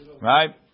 Right